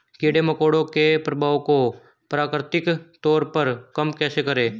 कीड़े मकोड़ों के प्रभाव को प्राकृतिक तौर पर कम कैसे करें?